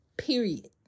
period